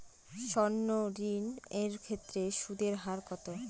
সর্ণ ঋণ এর ক্ষেত্রে সুদ এর হার কত?